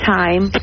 time